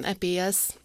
apie jas